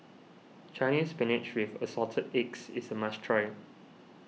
Chinese Spinach with Assorted Eggs is a must try